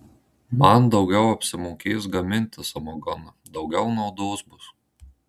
man daugiau apsimokės gaminti samagoną daugiau naudos bus